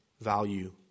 value